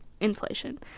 inflation